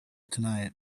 tonight